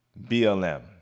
BLM